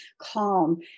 calm